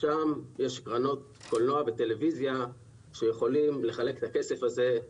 שם יש קרנות קולנוע וטלוויזיה שיכולות לחלק את הכסף הזה,